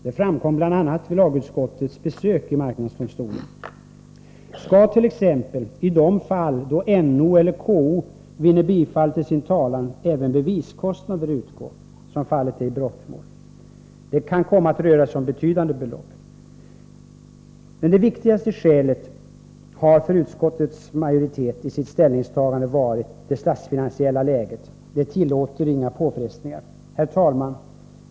Det framgick bl.a. vid lagutskottets besök i marknadsdomstolen. Skall t.ex. ide fall där NO eller KO vinner bifall till sin talan även beviskostnader utgå, som fallet är vid brottmål? Det kan komma att röra sig om betydande belopp. Det viktigaste skälet för utskottsmajoritetens ställningstagande har varit — Nr 131 det statsfinansiella läget. Det tillåter inga påfrestningar. Herr talman!